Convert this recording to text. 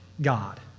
God